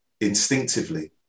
instinctively